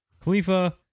Khalifa